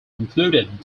included